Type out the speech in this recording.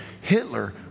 Hitler